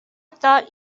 thought